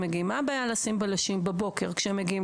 מגיעים מה הבעיה לשים בלשים בבוקר כשהם מגיעים,